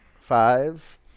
five